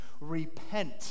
Repent